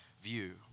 view